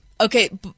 Okay